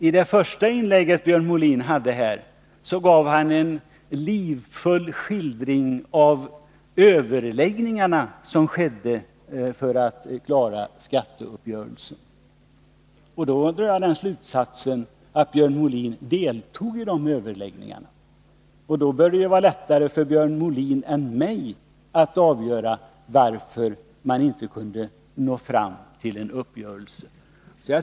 I det första inlägget som Björn Molin hade här gav han en livfull skildring av de överläggningar som skedde för att klara skatteuppgörelsen. Jag drog då den slutsatsen att Björn Molin deltog i dessa överläggningar. Därför bör det vara lättare för Björn 173 Molin än för mig att avgöra varför man inte kunde nå fram till en uppgörelse.